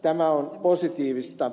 tämä on positiivista